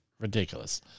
ridiculous